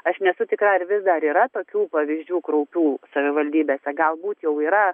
aš nesu tikra ar vis dar yra tokių pavyzdžių kraupių savivaldybėse galbūt jau yra